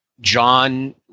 John